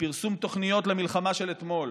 בפרסום תוכניות למלחמה של אתמול.